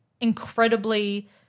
incredibly